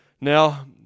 Now